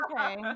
okay